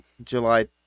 July